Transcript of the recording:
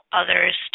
others